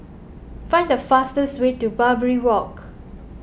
find the fastest way to Barbary Walk